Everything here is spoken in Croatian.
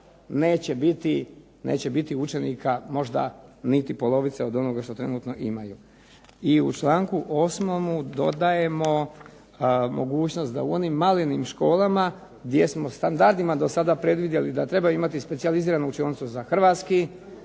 neće biti učenika možda niti polovica od onoga što trenutno imaju. I u članku 8. dodajemo mogućnost da u onim malenim školama gdje smo standardima do sada predvidjeli da treba imati specijaliziranu učionicu za hrvatski,